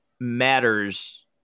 matters